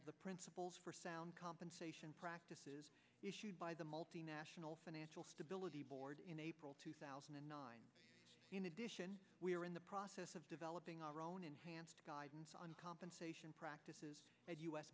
of the principles for sound compensation practices issued by the multinational financial stability board in april two thousand and nine in addition we are in the process of developing our own enhanced guidance on compensation practices a